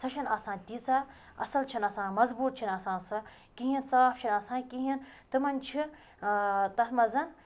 سۄ چھَنہٕ آسان تیٖژہ اصل چھَنہٕ آسان مضبوط چھَنہٕ آسان سۄ کِہیٖنۍ صاف چھَنہٕ آسان کِہیٖنۍ تِمَن چھِ ٲں تَتھ مَنٛز